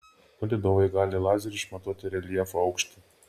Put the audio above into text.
palydovai gali lazeriu išmatuoti reljefo aukštį